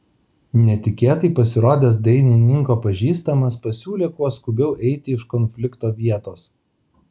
netikėtai pasirodęs dainininko pažįstamas pasiūlė kuo skubiau eiti iš konflikto vietos